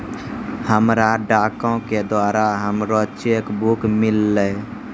हमरा डाको के द्वारा हमरो चेक बुक मिललै